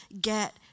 get